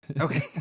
okay